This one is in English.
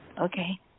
Okay